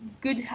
good